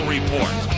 Report